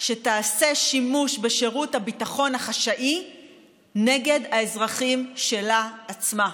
שתעשה שימוש בשירות הביטחון החשאי נגד האזרחים שלה עצמה.